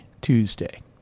tuesday